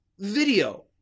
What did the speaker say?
video